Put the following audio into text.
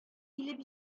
килеп